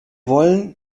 wollen